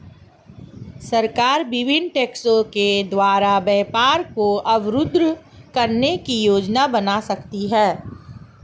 सरकार विभिन्न टैक्सों के द्वारा व्यापार को अवरुद्ध करने की योजना बना सकती है